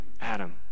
Adam